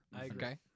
Okay